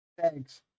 Thanks